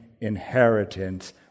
inheritance